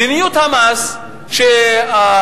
מדיניות המס שהממשלה,